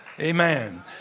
Amen